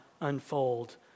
unfold